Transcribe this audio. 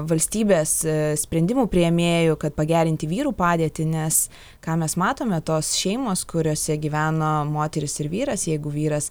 valstybės sprendimų priėmėjų kad pagerinti vyrų padėtį nes ką mes matome tos šeimos kuriose gyvena moteris ir vyras jeigu vyras